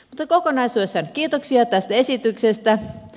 mutta kokonaisuudessaan kiitoksia tästä esityksestä